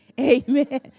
Amen